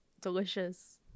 Delicious